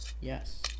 Yes